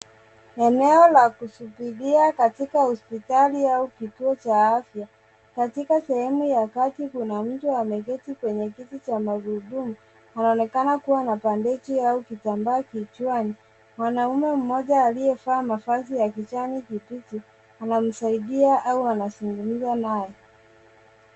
Eneo la kusubiria katika hospitali au kituo cha afya. Katika sehemu ya kati kuna mtu aliyeketi kwenye kiti cha magurudumu. Anaonekana kuwa na bandeji au kitambaa kichani. Mwanaume mmoja aliyevaa mavazi ya kijani kibichi anamsaidia au anazungumza naye.